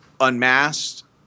unmasked